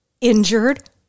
injured